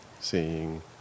seeing